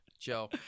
Joe